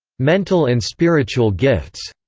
mental and spiritual gifts,